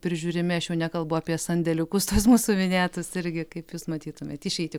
prižiūrimi aš jau nekalbu apie sandėliukus tuos mūsų minėtus irgi kaip jūs matytumėt išeitį